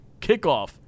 Kickoff